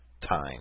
time